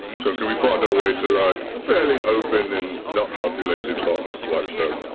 so can we find our way to like a fairly open and not populated part of whitestone?